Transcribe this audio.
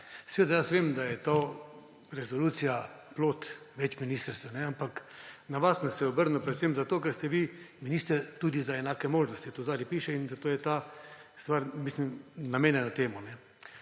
Seveda jaz vem, da je resolucija plod več ministrstev, ampak na vas sem se obrnil predvsem zato, ker ste vi minister tudi za enake možnosti, to zadaj piše. Zato je ta stvar namenjena temu.